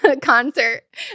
concert